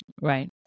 Right